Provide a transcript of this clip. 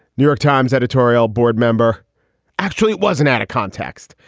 new york times editorial board member actually, it wasn't out of context,